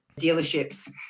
dealerships